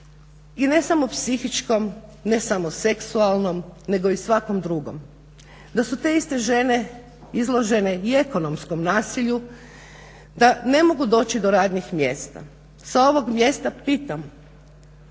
i ne samo psihičkom, ne samo seksualnom nego i svakom drugom, da su te iste žene izložene i ekonomskom nasilju, da ne mogu doći do radnih mjesta. Sa ovog mjesta pitam